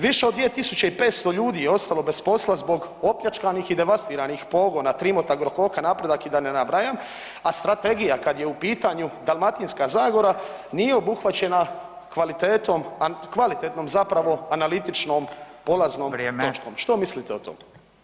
Više od 2500 ljudi je ostalo bez posla zbog opljačkanih i devastiranih pogona Trimota, Agrokoka, Napredak i da ne nabrajam, a strategija kad je u pitanju Dalmatinska zagora nije obuhvaćena kvalitetom zapravo analitičnom polaznom točkom [[Upadica Radin: Vrijeme.]] Što mislite o tom?